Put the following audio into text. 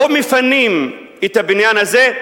לא מפנים את הבניין הזה,